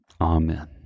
amen